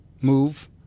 move